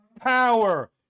power